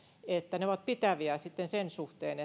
että ne ovat pitäviä sen suhteen